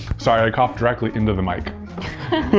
sorry, i coughed directly into the mic.